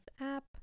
app